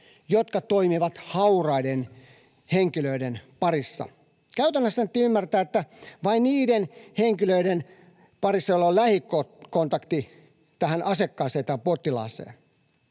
jotka toimivat hauraiden henkilöiden parissa. Käytännössä annettiin ymmärtää, että vain niiden henkilöiden parissa, joilla on lähikontakti tähän asiakkaaseen tai potilaaseen,